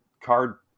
card